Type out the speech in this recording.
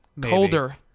Colder